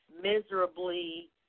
miserably